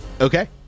Okay